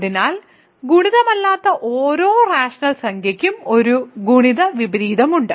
അതിനാൽ ഗുണിതമല്ലാത്ത ഓരോ റാഷണൽ സംഖ്യയ്ക്കും ഒരു ഗുണിത വിപരീതമുണ്ട്